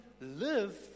live